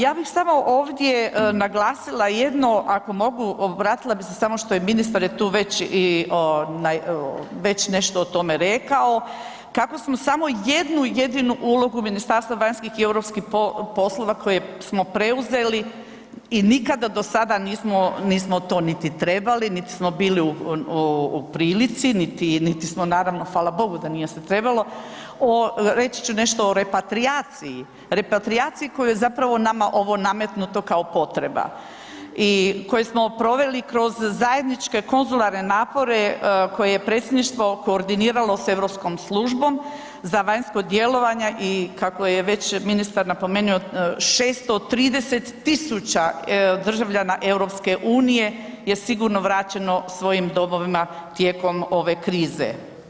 Ja bih samo ovdje naglasila jedno, ako mogu vratila bi se samo, ministar je već nešto o tome rekao, kako smo samo jednu jedinu ulogu Ministarstva vanjskih i europskih poslova koje smo preuzeli i nikada do sada nismo to niti trebali, niti smo bili u prilici, niti smo naravno hvala Bogu da nije se trebalo, reći ću nešto o repatrijaciji, repatrijaciji koju je nama ovo nametnuto kao potreba i koje smo proveli kroz zajedničke konzularne napore koje je predsjedništvo koordiniralo s Europskom službom za vanjsko djelovanje i kako je već ministar napomenuo 630.000 državljana EU je sigurno vraćeno svojim domovima tijekom ove krize.